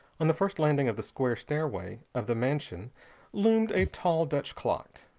on the first landing of the square stairway of the mansion loomed a tall dutch clock.